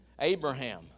Abraham